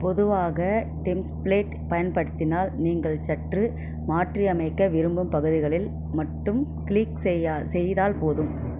பொதுவாக டெம்ஸ்ப்ளேட் பயன்படுத்தினால் நீங்கள் சற்று மாற்றியமைக்க விரும்பும் பகுதிகளில் மட்டும் கிளிக் செய்தால் போதும்